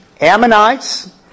Ammonites